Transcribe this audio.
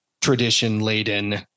tradition-laden